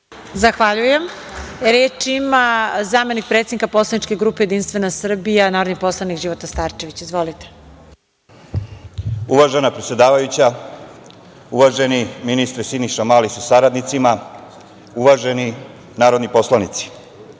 Zahvaljujem. Reč ima zamenik predsednika poslaničke grupe Jedinstvena Srbija, narodni poslanik Života Starčević. Izvolite. **Života Starčević** Uvažena predsedavajuća, uvaženi ministre Siniša Mali sa saradnicima, uvaženi narodni poslanici,